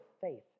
faith